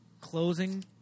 closing